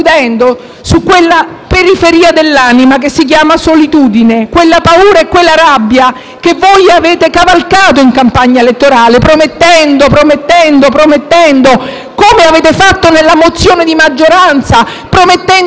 concludendo su quella periferia dell'anima che si chiama solitudine, quella paura e quella rabbia che voi avete cavalcato in campagna elettorale, promettendo, promettendo, promettendo, come avete fatto nella mozione di maggioranza, promettendo